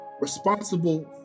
responsible